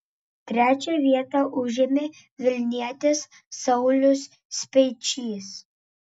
trečią vietą užėmė vilnietis saulius speičys